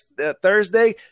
Thursday